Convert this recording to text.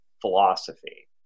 philosophy